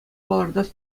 палӑртас